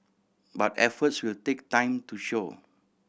but efforts will take time to show